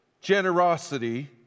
generosity